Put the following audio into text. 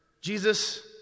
Jesus